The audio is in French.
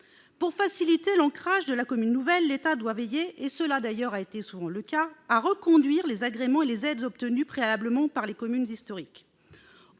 Pour faciliter l'ancrage de la commune nouvelle, l'État doit veiller- cela a d'ailleurs souvent été le cas -à reconduire les agréments et les aides obtenus préalablement par les communes historiques.